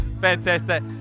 Fantastic